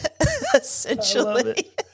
essentially